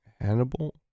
Hannibal